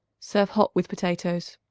serve hot with potatoes.